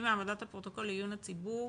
אם העמדת הפרוטוקול לעיון הציבור